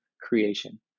creation